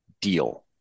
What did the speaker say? deal